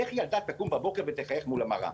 איך ילדה תקום בבוקר ותחייך מול המראה?